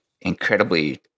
incredibly